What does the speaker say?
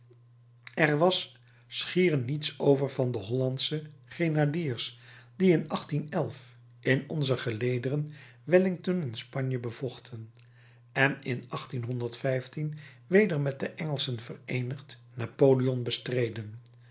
er was schier niets over van de hollandsche grenadiers die in in onze gelederen wellington in spanje bevochten en in weder met de engelschen vereenigd napoleon bestreden